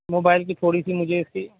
mobile کی تھوڑی سی مجھے اس کی